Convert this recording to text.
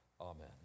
Amen